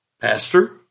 Pastor